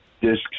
disc